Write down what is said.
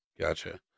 gotcha